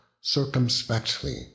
circumspectly